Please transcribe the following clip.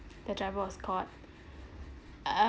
the driver was caught err